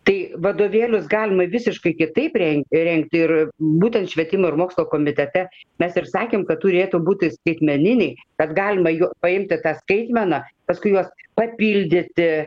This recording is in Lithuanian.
tai vadovėlius galima visiškai kitaip rengt rengti ir būtent švietimo ir mokslo komitete mes ir sakėm kad turėtų būti skaitmeniniai kad galima jų paimti tą skaitmeną paskui juos papildyti